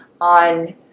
on